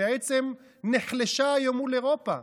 בעצם נחלשה היום מול אירופה.